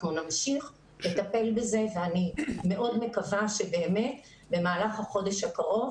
אנחנו נמשיך לטפל בזה ואני מאוד מקווה שבאמת במהלך החודש הקרוב